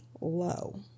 low